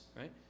Right